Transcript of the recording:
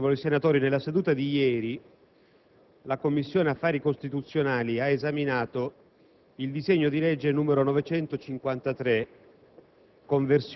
onorevoli senatori, nella seduta di ieri la Commissione affari costituzionali ha esaminato il disegno di legge n. 953,